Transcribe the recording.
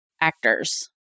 actors